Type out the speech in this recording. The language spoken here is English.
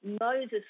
Moses